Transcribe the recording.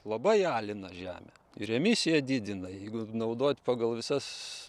labai alina žemę ir emisiją didina jeigu naudot pagal visas